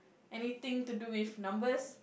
anything to do with numbers